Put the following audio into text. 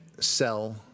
sell